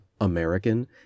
American